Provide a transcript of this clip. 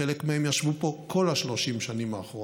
חלק מהם ישבו פה כל ה-30 שנים האחרונות.